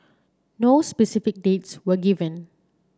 no specific dates were given